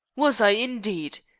was i, indeed?